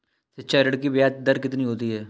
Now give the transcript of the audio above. शिक्षा ऋण की ब्याज दर कितनी होती है?